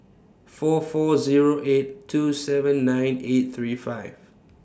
four four Zero eight two seven nine eight three five